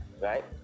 right